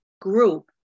group